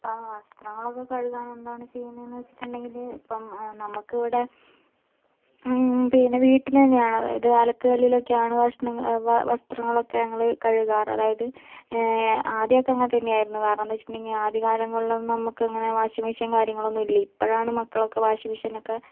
ആ വസ്ത്രങ്ങളൊക്കെ കഴുകാൻ എന്താണ് ചെയ്യുന്നത് എന്നു വെച്ചിട്ടുണ്ടെങ്കില് ഇപ്പം നമുക്കിവിടെ വീട്ടില് പിന്നെ ഞാന് അലക്കുകല്ലിലാണ് വാഷ് വസ്ത്രങ്ങളൊക്കെ ഞങ്ങള് കഴുകാറു അതായത് ആദ്യമൊക്കെ അങ്ങത്തന്നെയായിരുന്നു കാരണം എന്താ വെച്ചിട്ടുണ്ടെങ്കി ആദ്യ കാലങ്ങളിലൊന്നും നമുക്കെങ്ങനെ വാഷിംഗ് മിഷിൻ കാര്യങ്ങളൊന്നുല്ല ഇപ്പോഴാണ് മക്കളൊക്കെ വാഷിങ് മിഷിനൊക്കെ